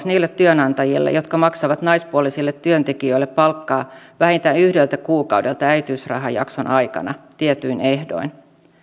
niille työnantajille jotka maksavat naispuolisille työntekijöille palkkaa vähintään yhdeltä kuukaudelta äitiysrahajakson aikana tietyin ehdoin